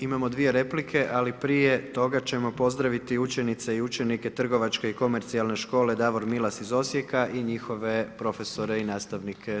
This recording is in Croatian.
Imamo dvije replike, ali prije toga ćemo pozdraviti učenice i učenike Trgovačke i komercijalne škole Davor Milas iz Osijeka i njihove profesore i nastavnike.